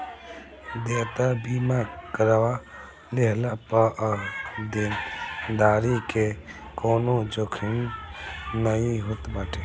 देयता बीमा करवा लेहला पअ देनदारी के कवनो जोखिम नाइ होत बाटे